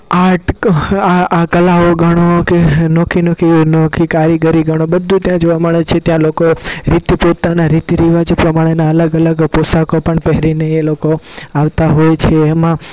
art આ કલાઓ ગણો કે નોખી નોખી કારીગરી ગણો બધું ત્યાં જોવા મળે છે ત્યાં લોકો રીતે પોતાના રીતિરિવાજો પ્રમાણેના અલગ અલગ પોશાકો પણ પહેરીને એ લોકો આવતા હોય છે એમાં